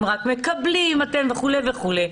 שהם רק מקבלים וכולי וכולי.